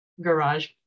garage